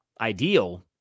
ideal